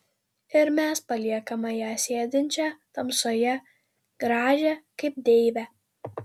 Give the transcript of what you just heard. ir mes paliekame ją sėdinčią tamsoje gražią kaip deivę